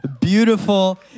beautiful